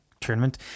tournament